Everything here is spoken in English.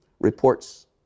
reports